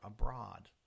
abroad